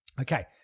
Okay